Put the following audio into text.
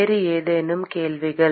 வேறு ஏதேனும் கேள்விகள்